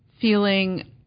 feeling